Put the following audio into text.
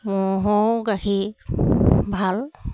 ম'হৰো গাখীৰ ভাল